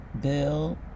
bill